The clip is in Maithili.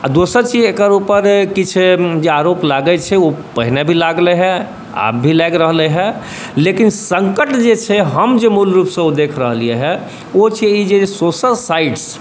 आ दोसर चीज एकर उपर किछु जे आरोप लागै छै ओ पहिने भी लागलै हइ आब भी लागि रहलै हइ लेकिन संकट जे छै हम जे मूल रूप से ओ देख रहलिए हइ ओ छै ई जे सोशल साइट्स